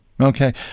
Okay